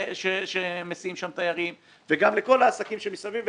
שמסיעים שם תיירים ולכל העסקים שמסביב,